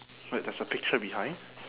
wait there's a picture behind